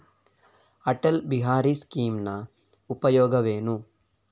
ಅಟಲ್ ಬಿಹಾರಿ ಸ್ಕೀಮಿನ ಉಪಯೋಗವೇನು?